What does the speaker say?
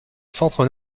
centre